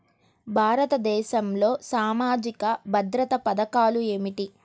భారతదేశంలో సామాజిక భద్రతా పథకాలు ఏమిటీ?